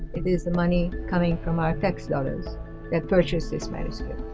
it is the money coming from our tax dollars that purchased this manuscript.